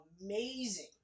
amazing